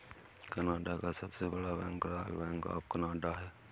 Canada का सबसे बड़ा bank Royal Bank of Canada है